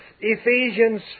Ephesians